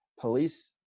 police